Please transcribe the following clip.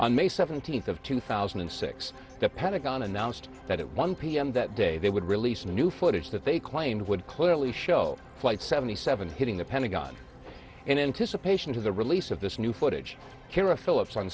on may seventeenth of two thousand and six the pentagon announced that one p m that day they would release new footage that they claimed would clearly show flight seventy seven hitting the pentagon in anticipation of the release of this new footage here of phillips on